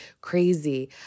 crazy